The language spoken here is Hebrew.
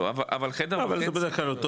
אבל חדר וחצי.